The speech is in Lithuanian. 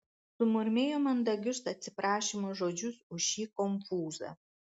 sumurmėjo mandagius atsiprašymo žodžius už šį konfūzą